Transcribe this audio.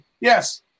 Yes